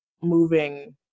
moving